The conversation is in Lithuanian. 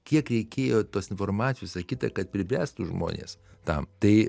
kiek reikėjo tos informacijos sakyti kad pribręstų žmones tam tai